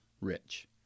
rich